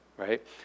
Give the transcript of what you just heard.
Right